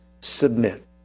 submit